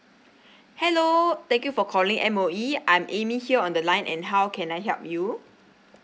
hello thank you for calling M_O_E I'm amy here on the line and how can I help you